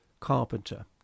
Carpenter